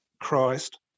Christ